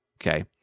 okay